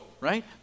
right